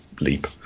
leap